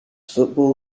football